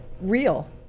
real